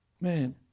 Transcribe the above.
man